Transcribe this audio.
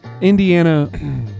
Indiana